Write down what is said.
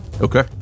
Okay